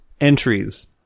entries